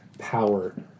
power